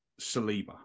Saliba